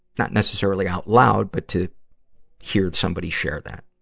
not necessarily out loud, but to hear somebody share that.